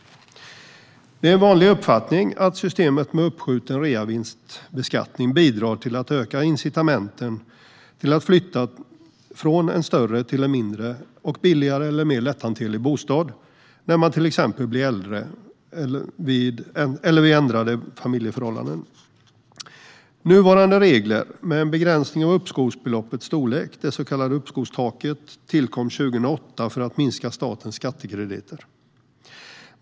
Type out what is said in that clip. Det är en vanlig uppfattning att systemet med uppskjuten reavinstbeskattning bidrar till att öka incitamenten att flytta från en större till en mindre bostad, som är billigare eller mer lätthanterlig, till exempel när man blir äldre eller vid ändrade familjeförhållanden. Nuvarande regler, med en begränsning av uppskovsbeloppets storlek, det så kallade uppskovstaket, tillkom 2008 för att minska statens skattekrediter.